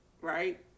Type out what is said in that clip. right